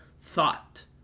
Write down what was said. thought